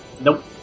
Nope